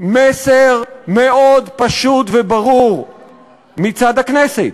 מסר מאוד פשוט וברור מצד הכנסת,